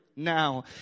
Now